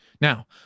Now